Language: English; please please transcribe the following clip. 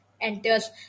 enters